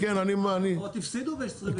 החברות הפסידו ב-2022.